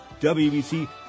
WBC